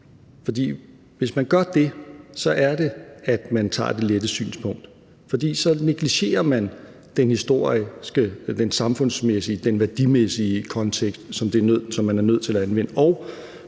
hvis man gør det, tager man det lette synspunkt. For så negligerer man den historiske, den samfundsmæssige og den værdimæssige kontekst, som man er nødt til at anvende,